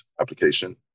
application